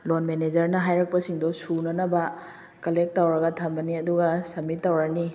ꯂꯣꯟ ꯃꯦꯃꯦꯖꯔꯅ ꯍꯥꯏꯔꯛꯄꯁꯤꯡꯗꯣ ꯁꯨꯅꯅꯕ ꯀꯂꯦꯛ ꯇꯧꯔꯒ ꯊꯝꯃꯅꯤ ꯑꯗꯨꯒ ꯁꯝꯃꯤꯠ ꯇꯧꯔꯅꯤ